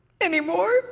anymore